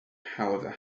however